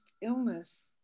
illness